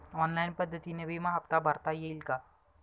Online पद्धतीने विमा हफ्ता भरता येईल का?